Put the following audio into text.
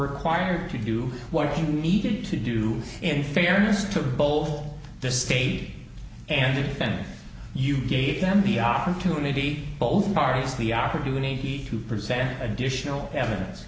quired to do what he needed to do in fairness to bowl this stayed and defended you gave them the opportunity both parties the opportunity to present additional evidence